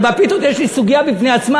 בפיתות יש לי סוגיה בפני עצמה.